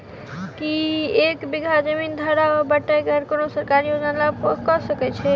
की एक बीघा जमीन धारक वा बटाईदार कोनों सरकारी योजनाक लाभ प्राप्त कऽ सकैत छैक?